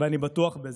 ואני בטוח בזה.